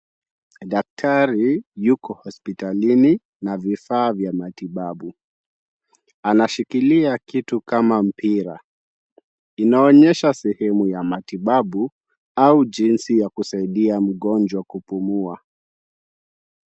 Daktari yuko hospitalini na vifaa vya matibabu. Anashikilia kitu kama mpira, inaonyesha sehemu ya matibabu au jinsi ya kusaidia mgonjwa kupumua.